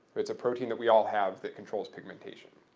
it's a protein that we all have that controls pigmentation.